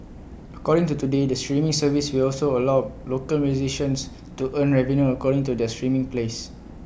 according to today the streaming service will also allow local musicians to earn revenue according to their streaming plays